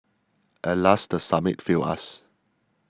alas the summit failed us